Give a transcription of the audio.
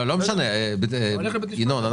ינון,